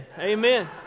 Amen